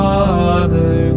Father